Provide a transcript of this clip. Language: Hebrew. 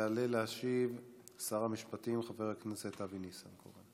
יעלה להשיב שר המשפטים חבר הכנסת אבי ניסנקורן.